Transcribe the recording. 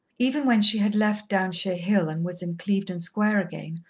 even when she had left downshire hill and was in clevedon square again,